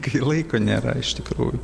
kai laiko nėra iš tikrųjų